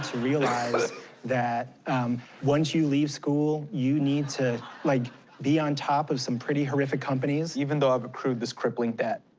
realize that once you leave school, you need to like be on top of some pretty horrific companies. even though i've accrued this crippling debt,